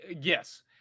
Yes